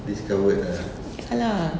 ya lah